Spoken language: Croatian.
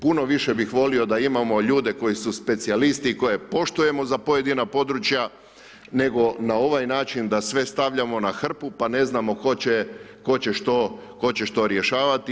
Puno više bih volio da imamo ljude koji su specijalisti i koje poštujemo za pojedina područja, nego na ovaj način da sve stavljamo na hrpu pa ne znamo tko će što rješavati.